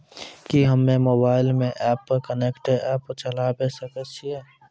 कि हम्मे मोबाइल मे एम कनेक्ट एप्प चलाबय सकै छियै?